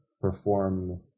perform